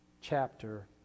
chapter